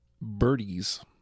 Birdies